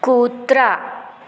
कुत्रा